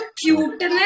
cute